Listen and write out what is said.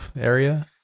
area